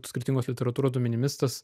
skirtingos literatūros duomenimis tas